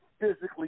physically